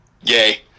Yay